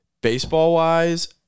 baseball-wise